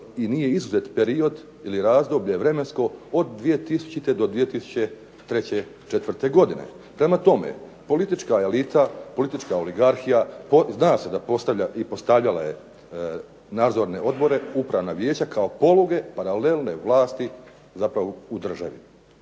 i nije izuzet period ili razdoblje vremensko od 2000. do 2003. godine, prema tome, politička elita politička oligarhija zna se da postavlja i postavljala je nadzorne odbore, upravna vijeća kao poluge paralelne vlasti u državi.